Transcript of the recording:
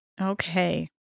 Okay